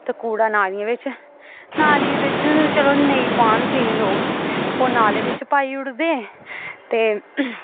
ते कूड़ा नालियें बिच्च नालियें बिच्च चलो नेईं पान केईं लोक ओह् नाले बिच्च पाई ओड़दे ते